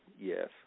yes